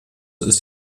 ist